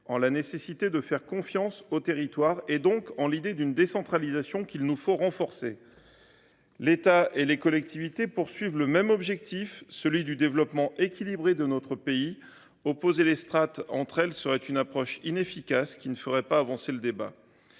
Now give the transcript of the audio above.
en la nécessité de faire confiance aux territoires, donc en l’idée d’une décentralisation qu’il nous faut renforcer. L’État et les collectivités ont le même objectif, celui du développement équilibré de notre pays. Opposer les strates entre elles serait une approche inefficace, qui ne ferait pas avancer le débat.